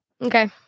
Okay